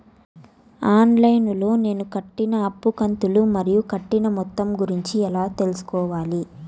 On line లో నేను కట్టిన అప్పు కంతులు మరియు కట్టిన మొత్తం గురించి ఎలా తెలుసుకోవాలి?